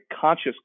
conscious